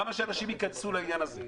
למה שאנשים ייכנסו לעניין הזה?